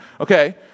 Okay